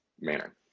manner